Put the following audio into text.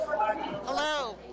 Hello